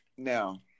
Now